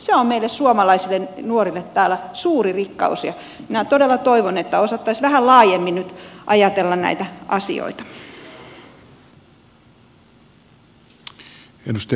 se on meille suomalaisille nuorille täällä suuri rikkaus ja minä todella toivon että osattaisiin vähän laajemmin nyt ajatella näitä asioita